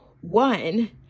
One